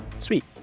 sweet